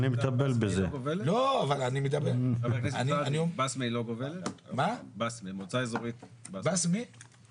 חבר הכנסת סעדי, מועצה אזורית בסמה לא גובלת?